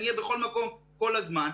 אני אהיה בכל מקום כל הזמן,